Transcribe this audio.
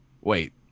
Wait